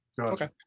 Okay